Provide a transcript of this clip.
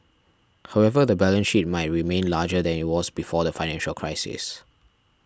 however the balance sheet might remain larger than it was before the financial crisises